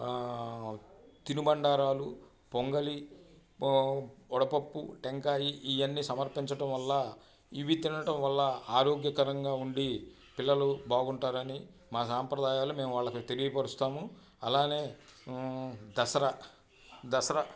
తినుబండారాలు పొంగళి వడపప్పు టెంకాయ ఇయన్నీ సమర్పించటం వల్ల ఇవి తినటం వల్ల ఆరోగ్యకరంగా ఉండి పిల్లలు బాగుంటారని మా సాంప్రదాయాలు మేం వాళ్ళకి తెలియపరుస్తాము అలానే దసరా దసరా